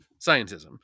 scientism